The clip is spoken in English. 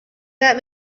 that